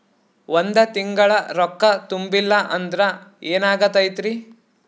ಒಂದ ತಿಂಗಳ ರೊಕ್ಕ ತುಂಬಿಲ್ಲ ಅಂದ್ರ ಎನಾಗತೈತ್ರಿ?